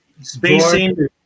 spacing